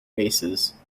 bases